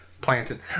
planted